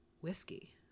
whiskey